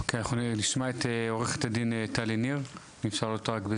אוקי, אנחנו נשמע את עורכת הדין, טלי ניר, בזום.